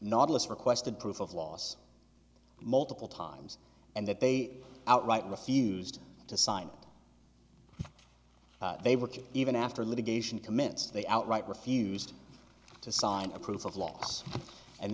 nautilus requested proof of loss multiple times and that they outright refused to sign they work even after litigation commence they outright refused to sign a proof of loss and